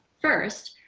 first,